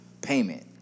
payment